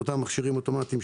של אותם מכשירים אוטומטיים,